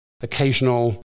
occasional